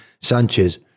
Sanchez